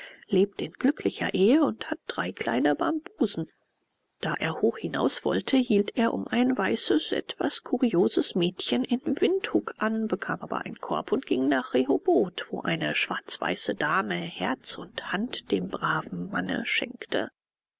lebt in glücklicher ehe und hat drei kleine bambusen da er hoch hinaus wollte hielt er um ein weißes etwas kurioses mädchen in windhuk an bekam aber einen korb und ging nach rehoboth wo eine schwarzweiße dame herz und hand dem braven manne schenkte